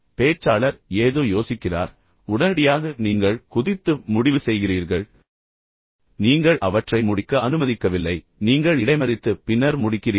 பேச்சாளர் ஏதோ யோசிக்கிறார் உடனடியாக நீங்கள் குதித்து முடிவு செய்கிறீர்கள் சில பேச்சாளர்கள் விமர்சனங்களிலிருந்து மெதுவாக வெளியே வருகிறார்கள் ஆனால் நீங்கள் அவற்றை முடிக்க அனுமதிக்கவில்லை நீங்கள் குதித்து பின்னர் முடிக்கிறீர்கள்